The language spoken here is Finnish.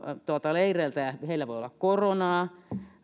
leireiltä heillä voi olla koronaa